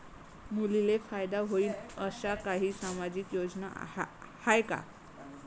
मुलींले फायदा होईन अशा काही सामाजिक योजना हाय का?